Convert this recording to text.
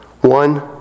One